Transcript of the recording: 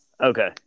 Okay